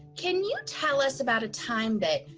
can you tell us about a time that,